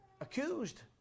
accused